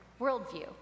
worldview